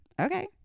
Okay